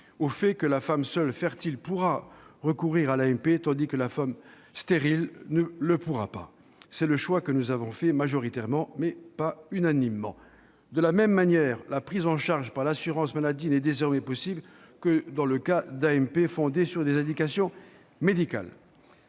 au fait que la femme seule fertile pourra recourir à l'AMP, tandis que la femme stérile ne le pourra pas. C'est le choix que nous avons fait majoritairement, mais pas unanimement. De la même manière, la prise en charge par l'assurance maladie n'est désormais possible que dans les cas d'AMP fondées sur des indications médicales.